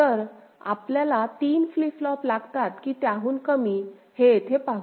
तर आपल्याला 3 flip flop लागतात की त्याहून कमी लागतात हे येथे पाहू